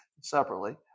separately